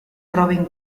robin